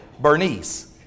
Bernice